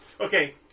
Okay